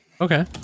Okay